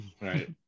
Right